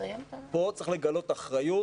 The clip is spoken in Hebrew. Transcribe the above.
ובראש ובראשונה לאוצר: פה צריך לגלות אחריות.